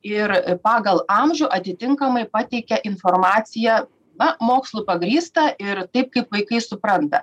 ir pagal amžių atitinkamai pateikia informaciją na mokslu pagrįstą ir taip kaip vaikai supranta